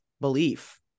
belief